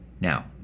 Now